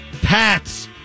Pats